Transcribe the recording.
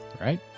right